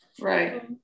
Right